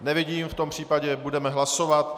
Nevidím, v tom případě budeme hlasovat.